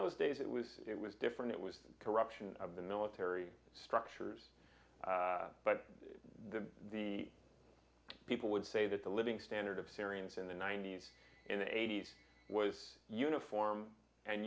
those days it was it was different it was corruption of the military structures but the the people would say that the living standard of syrians in the ninety's in the eighty's was uniform and